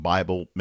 Bible